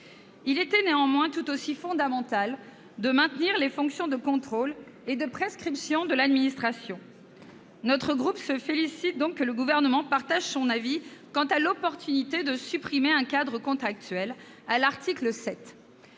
il était tout aussi fondamental de maintenir les fonctions de contrôle et de prescription de l'administration. Les membres de notre groupe se félicitent donc que le Gouvernement partage leur avis quant à l'opportunité de supprimer un cadre « contractuel » à l'article 7.